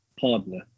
partner